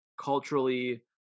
Culturally